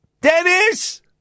Dennis